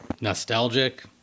Nostalgic